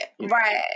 right